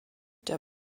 der